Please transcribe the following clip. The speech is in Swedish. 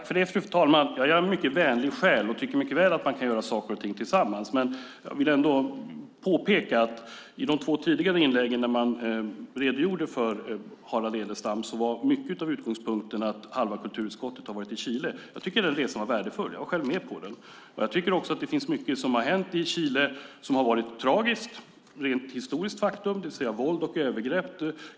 Fru talman! Jag är en mycket vänlig själ och tycker att man mycket väl kan göra saker och ting tillsammans. Jag vill ändå påpeka att utgångspunkten i tidigare två inlägg där det redogjordes för Harald Edelstam mycket var att halva kulturutskottet varit i Chile. Jag tycker att den resan var värdefull - jag var ju själv med på resan - och att det är mycket som har hänt i Chile som varit tragiskt. Ett rent historiskt faktum är att det varit våld och övergrepp.